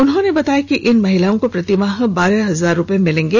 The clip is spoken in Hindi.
उन्होंने बताया कि इन महिलाओं को प्रतिमाह बारह हजार रूपये मिलेंगे